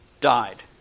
died